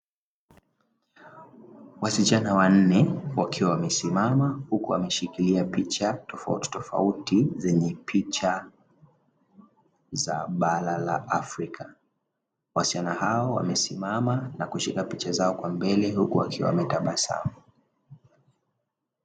Wasichana wanne wakiwa wamesimama huku wameshikilia picha tofautitofauti zenye picha za bara la afrika, wasichana hao wamesimama na kushika picha zao kwa mbele huku wakiwa wametabasamu.